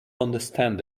understand